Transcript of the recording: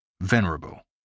Venerable